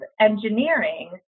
engineering